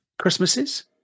Christmases